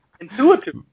Intuitive